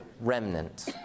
remnant